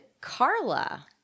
Carla